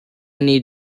need